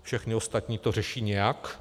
Všechny ostatní to řeší nějak.